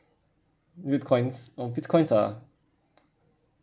bitcoins oh bitcoins ah